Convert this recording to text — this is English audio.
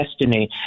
destiny